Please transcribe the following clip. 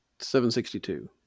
762